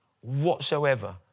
whatsoever